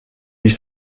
huit